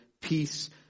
peace